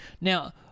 Now